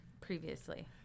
previously